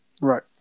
Right